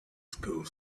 school